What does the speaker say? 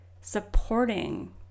supporting